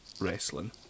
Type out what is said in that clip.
wrestling